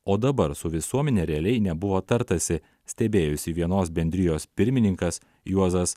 o dabar su visuomene realiai nebuvo tartasi stebėjosi vienos bendrijos pirmininkas juozas